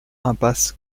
impasse